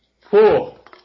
Cool